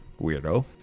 weirdo